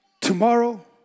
Tomorrow